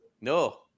No